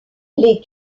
les